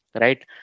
right